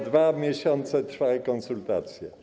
2 miesiące trwały konsultacje.